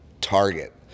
target